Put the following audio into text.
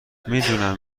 میدونم